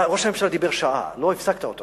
ראש הממשלה דיבר שעה, לא הפסקת אותו.